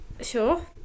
Sure